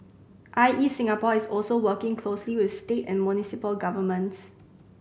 I E Singapore is also working closely with state and municipal governments